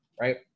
right